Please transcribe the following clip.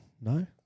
No